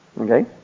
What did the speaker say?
okay